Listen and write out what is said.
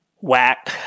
whack